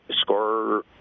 score